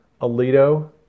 Alito